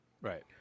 right